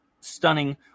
stunning